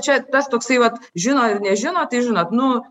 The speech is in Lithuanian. čia tas toksai vat žino ar nežino tai žinot nu